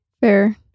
Fair